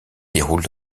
déroule